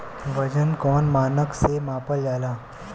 वजन कौन मानक से मापल जाला?